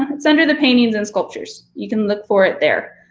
it's under the paintings and sculptures. you can look for it there,